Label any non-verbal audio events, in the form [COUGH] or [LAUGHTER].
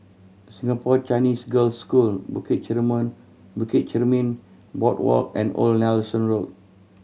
Singapore Chinese Girls' School Bukit [UNINTELLIGIBLE] Bukit Chermin Boardwalk and Old Nelson Road